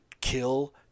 kill